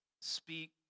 speak